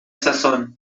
sazón